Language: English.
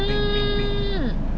mm